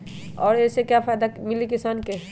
और ये से का फायदा मिली किसान के?